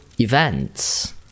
events